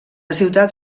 ciutat